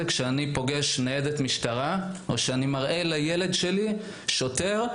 כשאני פוגש ניידת משטרה או כשאני מראה לילד שלי שוטר,